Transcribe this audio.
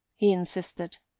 he insisted.